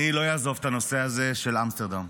אני לא אעזוב את הנושא הזה של אמסטרדם.